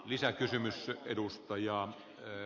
isä kysymässä edustajaa heitä